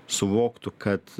suvoktų kad